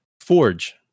Forge